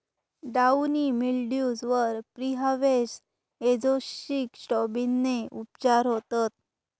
downy mildews वर preharvest एजोक्सिस्ट्रोबिनने उपचार होतत